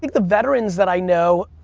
the veterans that i know,